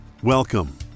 Welcome